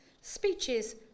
speeches